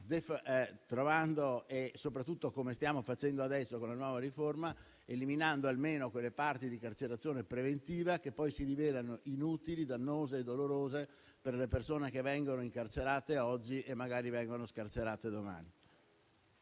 sono, e soprattutto, come stiamo facendo adesso con la nuova riforma, eliminando almeno quelle parti di carcerazione preventiva che poi si rivelano inutili, dannose e dolorose per le persone che vengono incarcerate oggi e magari scarcerate domani.